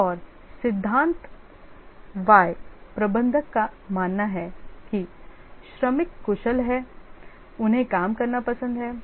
और सिद्धांत Y प्रबंधक का मानना है कि श्रमिक कुशल हैं उन्हें काम करना पसंद है